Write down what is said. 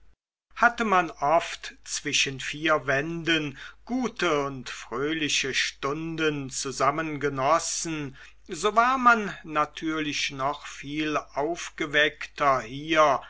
hatte man oft zwischen vier wänden gute und fröhliche stunden zusammen genossen so war man natürlich noch viel aufgeweckter hier